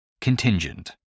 Contingent